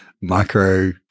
micro